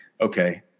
Okay